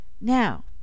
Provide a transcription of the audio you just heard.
now